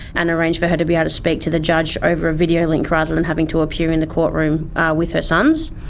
and arranged for her to be able ah to speak to the judge over a video link rather than having to appear in the courtroom with her sons.